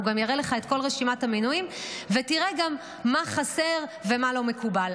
הוא גם יראה לך את כל רשימת המינויים וגם תראה גם מה חסר ומה לא מקובל.